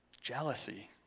Jealousy